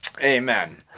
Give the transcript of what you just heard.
amen